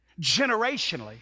generationally